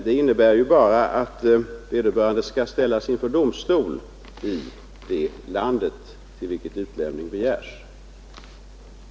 Det innebär bara att vederbörande skall ställas inför domstol i det landet till vilket utlämningen begärts.